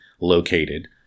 located